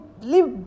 live